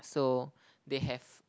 so they have